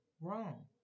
wrong